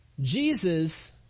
Jesus